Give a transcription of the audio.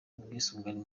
ubwisungane